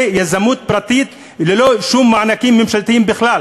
יזמות פרטית ללא שום מענקים ממשלתיים בכלל.